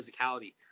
physicality